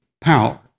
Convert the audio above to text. power